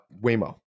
Waymo